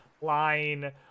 line